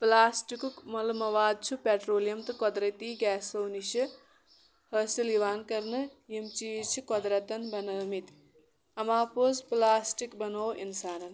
پٕلاسٹِکُک مُلہٕ مَواد چھُ پیٹرولیَم تہٕ قۄدرٔتی گیسو نِشہِ حٲصِل یِوان کَرنہٕ یِم چیٖز چھِ قۄدرَتَن بنٲمٕتۍ اَماپوٚز پٕلاسٹِک بَنو اِنسانَن